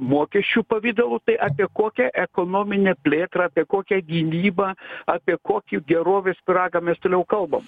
mokesčių pavidalu tai apie kokią ekonominę plėtrą apie kokią gynybą apie kokį gerovės pyragą mes toliau kalbam